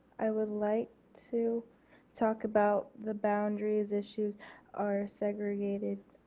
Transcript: i would like to talk about the boundaries issue our segregated,